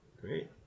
Great